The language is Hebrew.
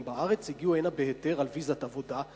בארץ הגיעו הנה בהיתר על ויזת עבודה,